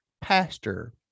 pastor